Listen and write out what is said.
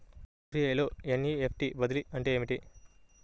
SBI లో NEFT బదిలీ అంటే ఏమిటి?